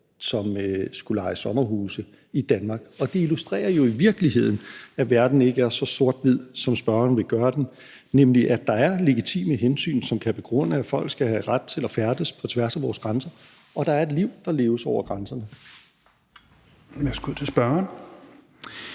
som skulle leje sommerhuse i Danmark. Og det illustrerer jo i virkeligheden, at verden ikke er så sort-hvid, som spørgeren vil gøre den til, nemlig at der er legitime hensyn, som kan begrunde, at folk skal have ret til at færdes på tværs af vores grænser, og at der er et liv, der leves over grænserne.